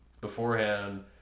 beforehand